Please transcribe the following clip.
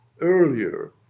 earlier